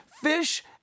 fish